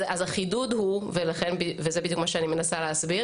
החידוד הוא - וזה מה שאני מנסה להסביר